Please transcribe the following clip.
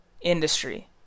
industry